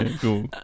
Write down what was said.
Cool